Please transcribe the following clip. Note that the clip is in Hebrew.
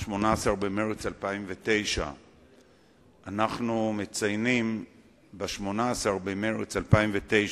18 במרס 2009. אנחנו מציינים ב-18 במרס 2009